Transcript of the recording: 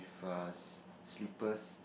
with err slippers